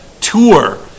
tour